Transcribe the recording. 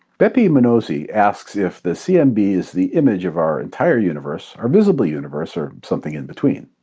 beppi mennozi asks if the cmb is the image of our entire universe, our visible universe, or something in between.